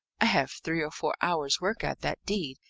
i have three or four hours' work at that deed.